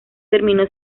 terminó